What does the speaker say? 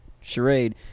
charade